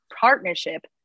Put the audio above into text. partnership